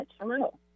Hello